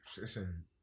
Listen